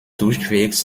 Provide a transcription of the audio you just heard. durchwegs